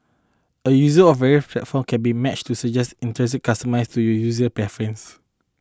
a user of various platforms can be matched to suggested itineraries customised to you user preference